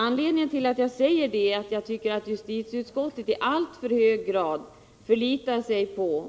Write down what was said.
Anledningen till att jag säger detta är att jag tycker att justitieutskottet i alltför hög grad förlitar sig på